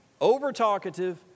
over-talkative